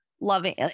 loving